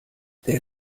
der